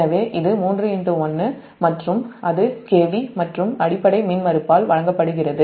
எனவே இது 31 மற்றும் அது KV மற்றும் அடிப்படை மின்மறுப்பால் வகுக்கப்படுகிறது